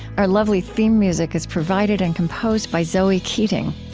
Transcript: our lovely theme music is provided and composed by zoe keating.